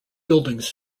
buildings